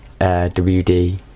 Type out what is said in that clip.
WD